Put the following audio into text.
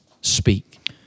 speak